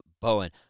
Bowen